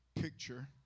picture